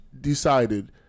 decided